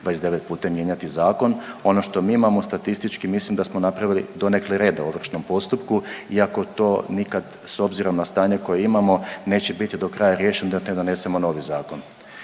29 puta mijenjati zakon. Ono što mi imamo statistički mislim da smo napravili donekle reda u ovršnom postupku iako to nikad s obzirom na stanje koje imamo neće biti do kraja riješeno dok ne donesemo novi zakon,